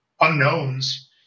unknowns